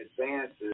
advances